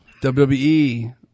WWE